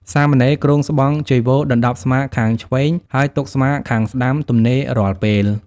សាមណេរគ្រងស្បង់ចីវរដណ្តប់ស្មាខាងឆ្វេង ហើយទុកស្មាខាងស្តាំទំនេររាល់ពេល។